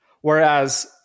whereas